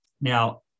Now